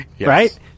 Right